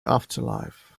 afterlife